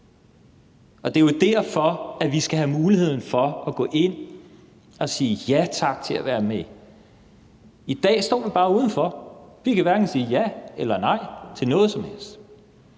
og det er jo derfor, vi skal have muligheden for at gå ind og sige ja tak til at være med. I dag står vi bare udenfor. Vi kan hverken sige ja eller nej til noget som helst.